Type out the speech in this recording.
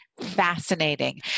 fascinating